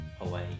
away